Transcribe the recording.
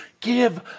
give